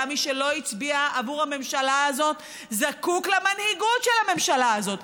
גם מי שלא הצביע עבור הממשלה הזאת זקוק למנהיגות של הממשלה הזאת,